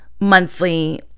monthly